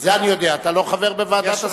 את זה אני יודע, אתה לא חבר בוועדת השרים.